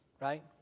right